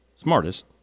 smartest